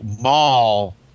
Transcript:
mall